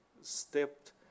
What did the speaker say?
stepped